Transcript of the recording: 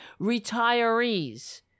retirees